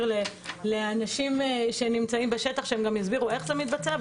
האנשים שנמצאים בשטח גם יסבירו איך זה מתבצע.